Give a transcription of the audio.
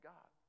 God